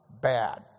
bad